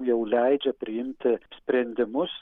jau leidžia priimti sprendimus